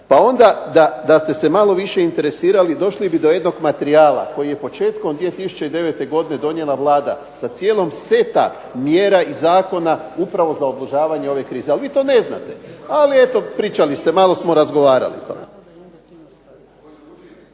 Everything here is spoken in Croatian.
Pa onda da ste se malo više interesirali došli bi do jednog materijala koji je početkom 2009. godine donijela Vlada sa cijelim setom mjera i zakona upravo za odložavanje ove krize, ali vi to ne znate ali eto pričali ste, malo smo razgovarali.